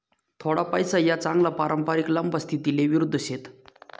थोडा पैसा या चांगला पारंपरिक लंबा स्थितीले विरुध्द शेत